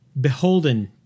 beholden